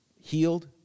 healed